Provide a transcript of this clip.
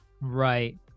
Right